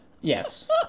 yes